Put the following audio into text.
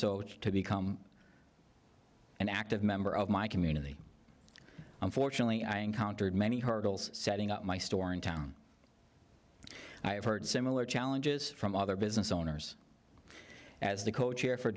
so to become an active member of my community unfortunately i encountered many hurdles setting up my store in town i have heard similar challenges from other business owners as the co chair for